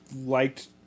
liked